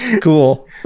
Cool